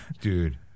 dude